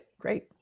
great